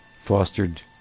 fostered